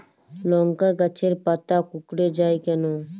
লংকা গাছের পাতা কুকড়ে যায় কেনো?